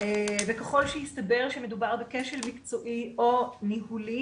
וככל שיסתבר שמדובר בכשל מקצועי או ניהולי,